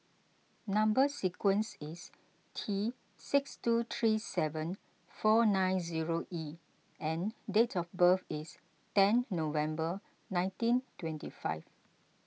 Number Sequence is T six two three seven four nine zero E and date of birth is ten November nineteen twenty five